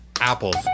Apples